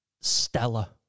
Stella